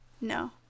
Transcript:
no